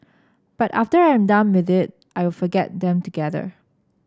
but after I'm done with it I'll forget them altogether